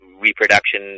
Reproduction